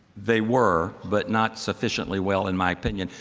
they were, but not sufficiently well in my opinion.